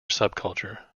subculture